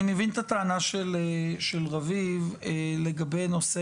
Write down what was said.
אני מבין את הטענה של רביב לגבי נושא